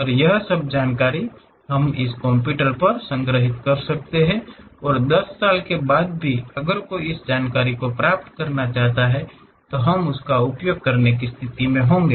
और यह सब जानकारी हम इसे कंप्यूटर पर संग्रहीत कर सकते हैं 10 साल बाद भी अगर कोई उस जानकारी को प्राप्त करना चाहेगा तो हम उसका उपयोग करने की स्थिति में होंगे